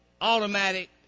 automatic